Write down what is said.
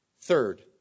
third